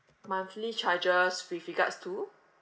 monthly charges with regards to